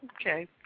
Okay